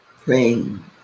praying